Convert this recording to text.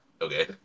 okay